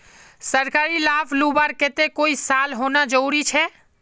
सरकारी लाभ लुबार केते कई साल होना जरूरी छे?